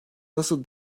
nasıl